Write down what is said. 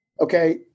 Okay